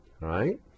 right